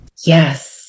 Yes